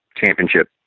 championship